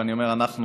ואני אומר "אנחנו",